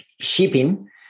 shipping